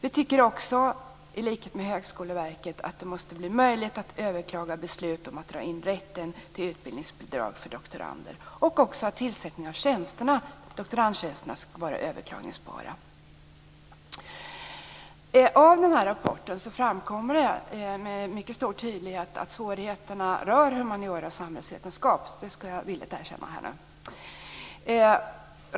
I likhet med Högskoleverket tycker vi också att det måste bli möjligt att överklaga beslut om att dra in rätten till utbildningsbidrag för doktorander och att tillsättningar av doktorandtjänster ska vara överklagningsbara. Av rapporten framgår med stor tydlighet att svårigheterna rör humaniora och samhällsvetenskap; det ska jag villigt erkänna.